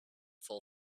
full